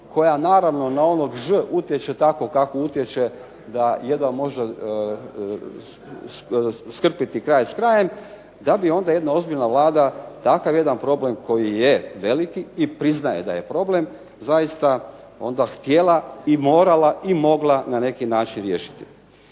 koja naravno na onog ž utječe tako kako utječe da jedan može skrpiti kraj s krajem, da bi onda jedna ozbiljna Vlada takav jedan problem koji je veliki i priznaje da je problem zaista onda htjela i morala i mogla na neki način riješiti.